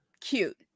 cute